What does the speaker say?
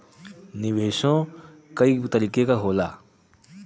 निवेशो कई तरीके क होला